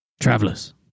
Travelers